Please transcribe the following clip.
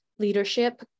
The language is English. leadership